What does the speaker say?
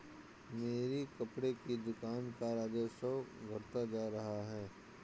मेरी कपड़े की दुकान का राजस्व घटता जा रहा है